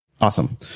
Awesome